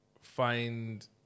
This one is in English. find